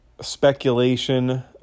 speculation